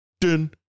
dun